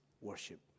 worship